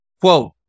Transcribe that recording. quote